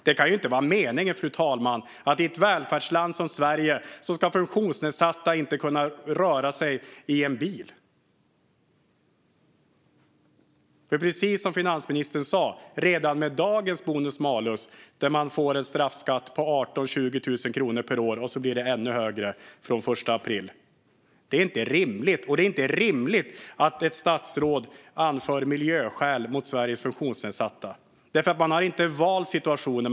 Det kan ju inte vara meningen, fru talman, att funktionsnedsatta i ett välfärdsland som Sverige inte ska kunna röra sig i bil. Det är precis som finansministern sa: Redan med dagens bonus-malus får man en straffskatt på 18 000-20 000 kronor per år, och det blir ännu högre från den 1 april. Det är inte rimligt, och det är inte rimligt att ett statsråd anför miljöskäl mot Sveriges funktionsnedsatta. De har inte valt den situationen.